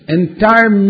entire